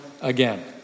again